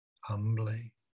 humbly